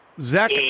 Zach